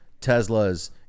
tesla's